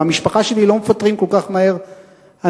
במשפחה שלי לא מפטרים כל כך מהר אנשים.